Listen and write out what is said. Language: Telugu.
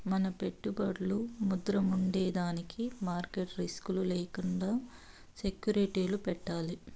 మన పెట్టుబడులు బద్రముండేదానికి మార్కెట్ రిస్క్ లు లేకండా సెక్యూరిటీలు పెట్టాలి